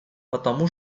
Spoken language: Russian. потому